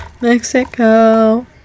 Mexico